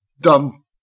Dumb